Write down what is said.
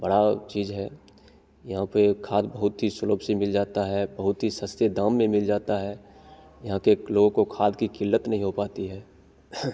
बड़ी चीज़ है यहाँ पर खाद बहुत ही सुलभ से मिल जाती है बहुत ही सस्ते दाम में मिल जाती है यहाँ के लोगों को खाद की क़िल्लत नहीं हो पाती है